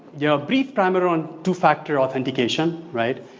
yeah brief primer on two factor authentication right?